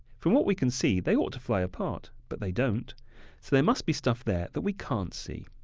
from what we can see, they ought to fly apart, but they don't. so there must be stuff there that we can't see.